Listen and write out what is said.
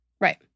Right